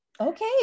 Okay